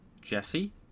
Jesse